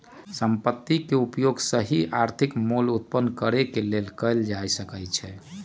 संपत्ति के उपयोग सही आर्थिक मोल उत्पन्न करेके लेल कएल जा सकइ छइ